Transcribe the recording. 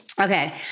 Okay